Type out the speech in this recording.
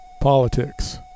politics